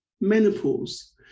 menopause